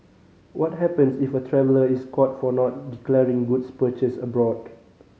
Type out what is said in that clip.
what happens if a traveller is caught for not declaring goods purchased abroad